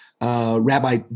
Rabbi